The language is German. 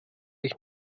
ich